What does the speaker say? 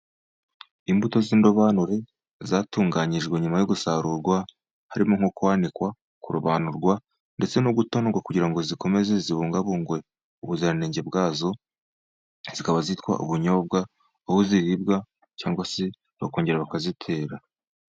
Imbuto z'indobanure zatunganyijwe nyuma yo gusarurwa, harimo nko kwanikwa, kurobanurwa, ndetse no gutonorwa, kugira ngo zikomeze zibungabungwe ubuziranenge bwazo. Zikaba zitwa ubunyobwa, aho ziribwa cyangwa se bakongera bakazitera.